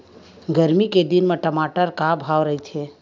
गरमी के दिन म टमाटर का भाव रहिथे?